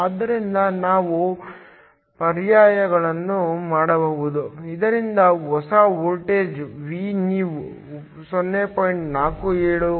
ಆದ್ದರಿಂದ ನಾವು ಪರ್ಯಾಯಗಳನ್ನು ಮಾಡಬಹುದು ಇದರಿಂದ ಹೊಸ ವೋಲ್ಟೇಜ್ Vnew 0